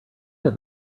that